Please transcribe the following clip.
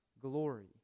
glory